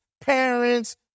parents